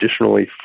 additionally